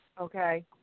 Okay